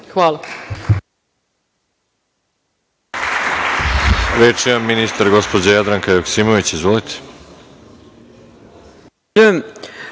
Hvala.